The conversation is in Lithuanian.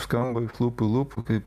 skamba iš lūpų į lūpų kaip